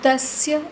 तस्य